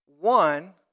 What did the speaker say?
One